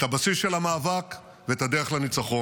את הבסיס של המאבק ואת הדרך לניצחון.